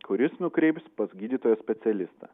kuris nukreips pas gydytoją specialistą